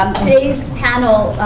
today's panel,